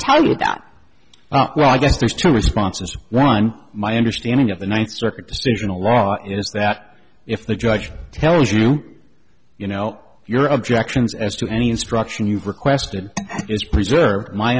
tell you that i guess there's two responses one my understanding of the ninth circuit decision a lot is that if the judge tells you you know your objections as to any instruction you've requested is preserved my